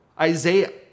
Isaiah